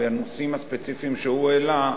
בנושאים הספציפיים שהוא העלה,